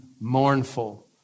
mournful